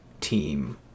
team